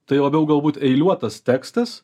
tai labiau galbūt eiliuotas tekstas